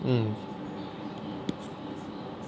mm